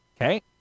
Okay